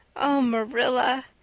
oh, marilla,